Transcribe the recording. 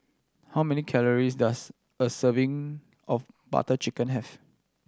how many calories does a serving of Butter Chicken have